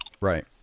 Right